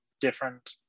different